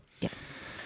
yes